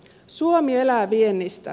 suomi elää viennistä